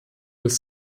des